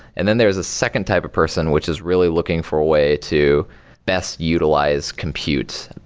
and then there's a second type of person which is really looking for way to best utilize compute,